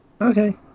Okay